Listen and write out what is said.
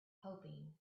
hoping